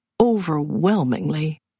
overwhelmingly